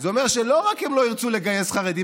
זה אומר שלא רק שהם לא ירצו לגייס חרדים,